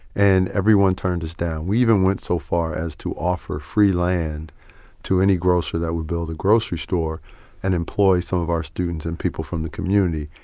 and everyone turned us down. we even went so far as to offer free land to any grocer that would build a grocery store and employ some of our students and people from the community.